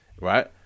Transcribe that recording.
right